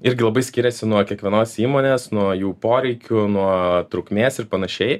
irgi labai skiriasi nuo kiekvienos įmonės nuo jų poreikių nuo trukmės ir panašiai